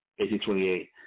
1828